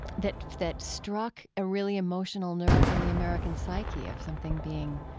that that struck a really emotional nerve in the american psyche of something being